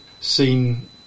seen